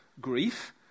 grief